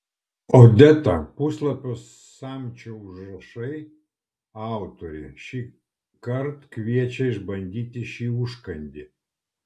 odeta puslapio samčio užrašai autorė šįkart kviečia išbandyti šį užkandį